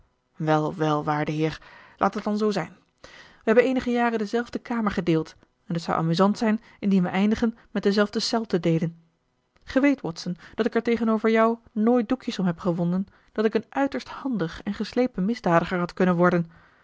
wel wel waarde heer laat t dan zoo zijn wij hebben eenige jaren dezelfde kamer gedeeld en het zou amusant zijn indien wij eindigen met dezelfde cel te deelen ge weet watson dat ik er tegenover jou nooit doekjes om heb gewonden dat ik een uiterst handig en geslepen misdadiger had kunnen worden